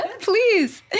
Please